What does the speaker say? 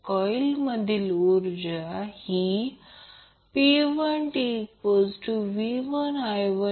तर रियल भाग RLRL 2 XL 2 आहे आणि एमॅजिनरी भाग XLRL XL2 आहे